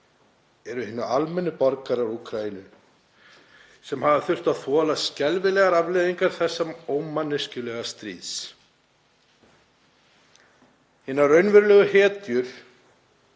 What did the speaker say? eru hinir almennu borgarar Úkraínu sem hafa þurft að þola skelfilegar afleiðingar þessa ómanneskjulega stríðs. Hinar raunverulegu hetjur